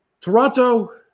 Toronto –